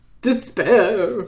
Despair